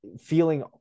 feeling